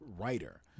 writer